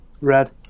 Red